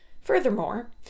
Furthermore